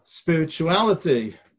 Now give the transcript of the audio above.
spirituality